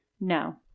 No